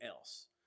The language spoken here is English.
else